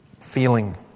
feeling